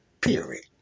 period